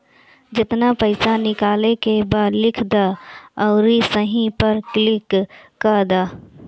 जेतना पइसा निकाले के बा लिख दअ अउरी सही पअ क्लिक कअ दअ